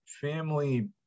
family